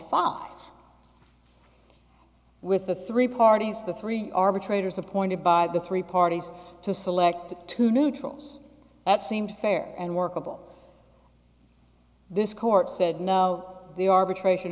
fotch with the three parties the three arbitrators appointed by the three parties to select two neutrals that seemed fair and workable this court said no the arbitration